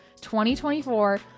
2024